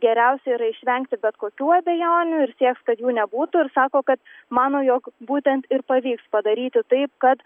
geriausia yra išvengti bet kokių abejonių ir siekt kad jų nebūtų ir sako kad mano jog būtent ir pavyks padaryti taip kad